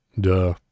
duh